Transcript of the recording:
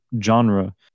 genre